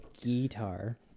guitar